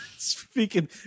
speaking